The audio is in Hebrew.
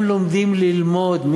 הם לומדים ללמוד,